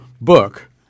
book